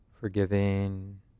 forgiving